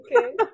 Okay